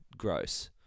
gross